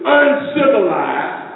uncivilized